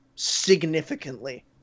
Significantly